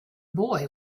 boy